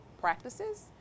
practices